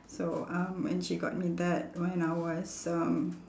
so um when she got me that when I was um